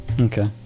okay